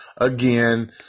again